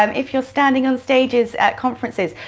um if you're standing on stages at conferences.